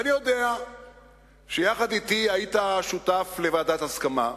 ואני יודע שיחד אתי היית שותף לוועדת הסכמה,